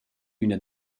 üna